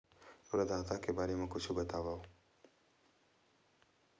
प्रदाता के बारे मा कुछु बतावव?